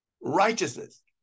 righteousness